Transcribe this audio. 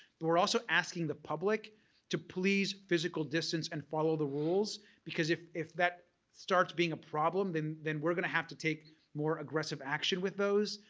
but we're also asking the public to please physical distance and follow the rules because if if that starts being a problem and then we're going to have to take more aggressive action with those.